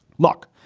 look,